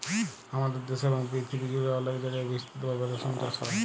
হামাদের দ্যাশে এবং পরথিবী জুড়ে অলেক জায়গায় বিস্তৃত ভাবে রেশম চাস হ্যয়